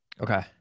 Okay